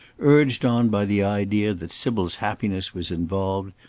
urged on by the idea that sybil's happiness was involved,